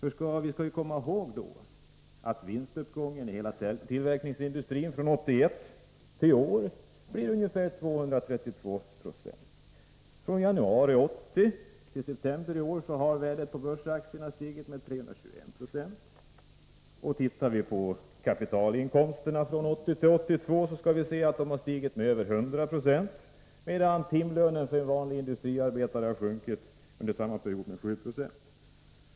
Vi skall komma ihåg att vinstuppgången inom tillverkningsindustrin från 1981 till i år är ungefär 232 90. Från januari 1980 till september i år har värdet på börsaktierna stigit med 321 96. Tittar vi på kapitalinkomsterna från 1980-1982 finner vi att de har stigit med över 100 96, medan timlönen för en vanlig industriarbetare under samma period har sjunkit med 7 96.